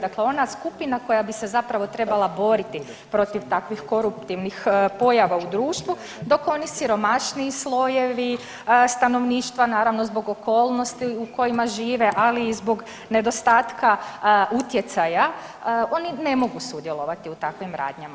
Dakle ona skupina koja bi se zapravo trebala boriti protiv takvih koruptivnih pojava u društvu, dok oni siromašniji slojevi stanovništva, naravno, zbog okolnosti u kojima žive, ali i zbog nedostatka utjecaja oni ne mogu sudjelovati u takvim radnjama.